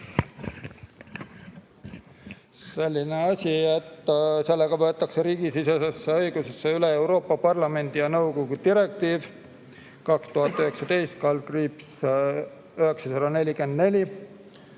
Selline asi, et sellega võetakse riigisisesesse õigusesse üle Euroopa Parlamendi ja nõukogu direktiiv (EL) 2019/944,